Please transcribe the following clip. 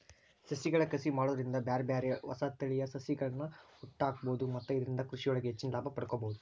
ಸಸಿಗಳ ಕಸಿ ಮಾಡೋದ್ರಿಂದ ಬ್ಯಾರ್ಬ್ಯಾರೇ ಹೊಸ ತಳಿಯ ಸಸಿಗಳ್ಳನ ಹುಟ್ಟಾಕ್ಬೋದು ಮತ್ತ ಇದ್ರಿಂದ ಕೃಷಿಯೊಳಗ ಹೆಚ್ಚಿನ ಲಾಭ ಪಡ್ಕೋಬೋದು